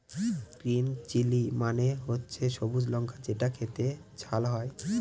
green chilli মানে হচ্ছে সবুজ লঙ্কা যেটা খেতে ঝাল হয়